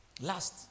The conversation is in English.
Last